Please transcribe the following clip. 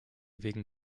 wegen